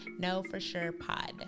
KnowForSurePod